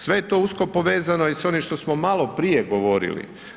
Sve je to usko povezano i s ovim što smo maloprije govorili.